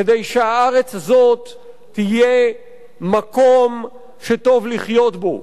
כדי שהארץ הזאת תהיה מקום שטוב לחיות בו,